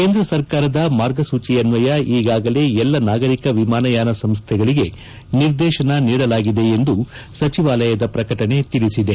ಕೇಂದ್ರ ಸರ್ಕಾರದ ಮಾರ್ಗಸೂಚಿಯನ್ನಯ ಈಗಾಗಲೇ ಎಲ್ಲಾ ನಾಗರಿಕ ವಿಮಾನಯಾನ ಸಂಸ್ಲೆಗಳಿಗೆ ನಿರ್ದೇಶನ ನೀಡಲಾಗಿದೆ ಎಂದು ಸಚಿವಾಲಯದ ಪ್ರಕಟಣೆ ತಿಳಿಸಿದೆ